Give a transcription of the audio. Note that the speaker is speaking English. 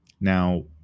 Now